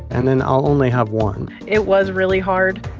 and then i'll only have one it was really hard.